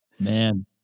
Man